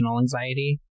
anxiety